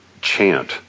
chant